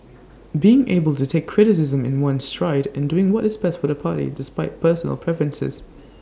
being able to take criticism in one's stride and doing what is best for the party despite personal preferences